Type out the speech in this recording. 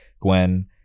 Gwen